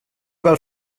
val